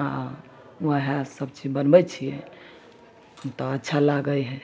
आओर वएह सबचीज बनबै छिए तऽ अच्छा लागै हइ